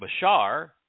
Bashar